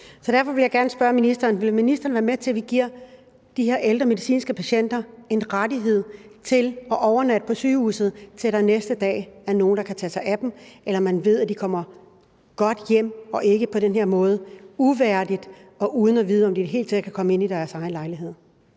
Så derfor vil jeg gerne spørge ministeren: Vil ministeren være med til, at vi giver de her ældre medicinske patienter en rettighed med hensyn til at overnatte på sygehuset til næste dag, hvor der er nogle, der kan tage sig af dem, eller man ved, at de kommer godt hjem – og ikke på den her uværdige måde og uden at vide, om de i det hele taget kan komme ind i deres egen lejlighed?